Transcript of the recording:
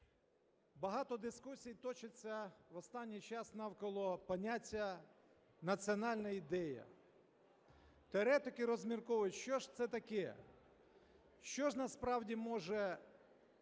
Багато дискусій точиться останнім часом навколо поняття "національна ідея". Теоретики розмірковують, що ж це таке, що ж насправді може